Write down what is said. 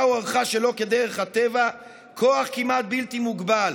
הוארכה שלא כדרך הטבע כוח כמעט בלתי מוגבל,